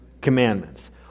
Commandments